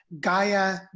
Gaia